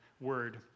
word